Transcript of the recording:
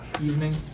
evening